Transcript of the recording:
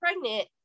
pregnant